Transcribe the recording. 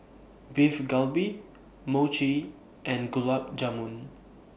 Beef Galbi Mochi and Gulab Jamun